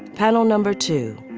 pallo number two,